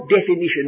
definition